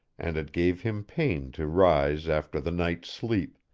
and it gave him pain to rise after the night's sleep,